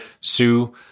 sue